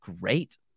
great